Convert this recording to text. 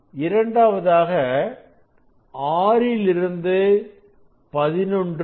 இரண்டாவதாக ஆறிலிருந்து 11 வரை